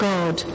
God